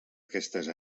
aquestes